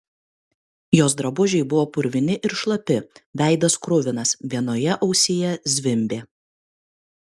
jos drabužiai buvo purvini ir šlapi veidas kruvinas vienoje ausyje zvimbė